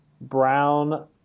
Brown